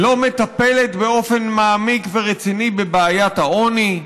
לא מטפלת באופן מעמיק ורציני בבעיית העוני.